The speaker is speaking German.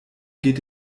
geht